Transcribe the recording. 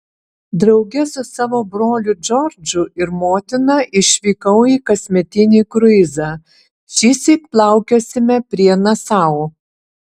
drauge su savo broliu džordžu ir motina išvykau į kasmetinį kruizą šįsyk plaukiosime prie nasau